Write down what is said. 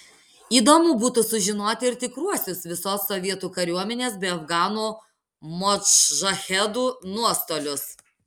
įdomu būtų sužinoti ir tikruosius visos sovietų kariuomenės bei afganų modžahedų nuostolius